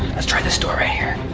let's try this door right here.